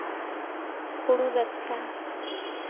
ᱦᱳᱲ ᱵᱮᱵᱥᱟ